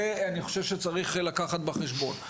זה אני חושב שצריך לקחת בחשבון.